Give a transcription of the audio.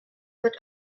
wird